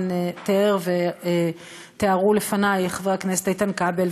תיאר ותיארו לפני חבר הכנסת איתן כבל,